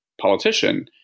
politician